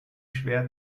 schwer